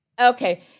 Okay